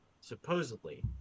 supposedly